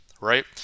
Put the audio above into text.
right